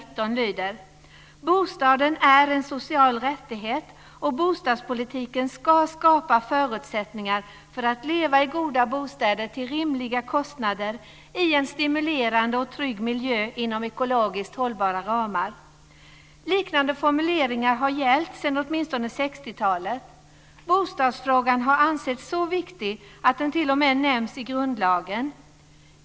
"Bostaden är en social rättighet och bostadspolitiken ska skapa förutsättningar för att leva i goda bostäder till rimliga kostnader i en stimulerande och trygg miljö inom ekologiskt hållbara ramar." Liknande formuleringar har gällt sedan åtminstone 60-talet. Bostadsfrågan har ansetts så viktig att den t.o.m. nämns i grundlagen.